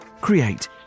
create